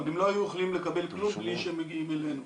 הם לא היו יכולים לקבל כלום בלי שהם מגיעים אלינו.